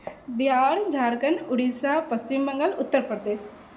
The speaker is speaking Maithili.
बिहार झारखण्ड उड़ीशा पश्चिम बङ्गाल उत्तरप्रदेश